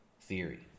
theory